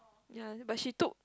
ye but she took